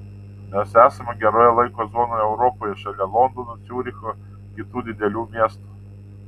mes esame geroje laiko zonoje europoje šalia londono ciuricho kitų didelių miestų